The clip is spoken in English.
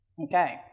Okay